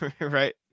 Right